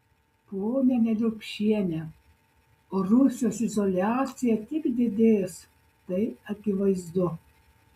ponia neliupšiene rusijos izoliacija tik didės tai akivaizdu